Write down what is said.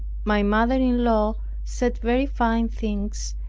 my mother-in-law said very fine things,